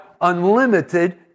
unlimited